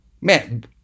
Man